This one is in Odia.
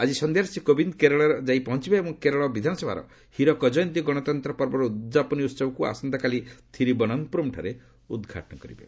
ଆଜି ସନ୍ଧ୍ୟାରେ ଶ୍ରୀ କୋବିନ୍ଦ୍ କେରଳରେ ଯାଇ ପହଞ୍ଚିବେ ଏବଂ କେରଳ ବିଧାନସଭାର ହୀରକ ଜୟନ୍ତୀ ଗଣତନ୍ତ୍ର ପର୍ବର ଉଦ୍ଯାପନୀ ଉତ୍ସବକୁ ଆସନ୍ତାକାଲି ଥିରୁବନନ୍ତପୁରମ୍ଠାରେ ଉଦ୍ଘାଟନ କରିବେ